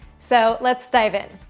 so let's dive in.